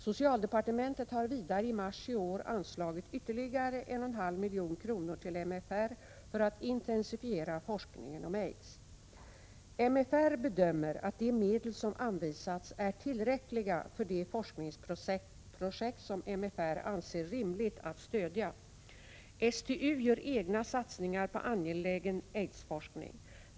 Socialdepartementet har vidare i mars i år anslagit ytterligare 1,5 milj.kr. till MFR för att intensifiera forskningen om aids. MFR bedömer att de medel som anvisats är tillräckliga för de forskningsprojekt som MFR anser det rimligt att stödja. STU gör egna satsningar på angelägen aidsforskning.